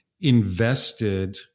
invested